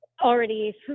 already